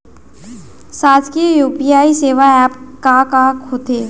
शासकीय यू.पी.आई सेवा एप का का होथे?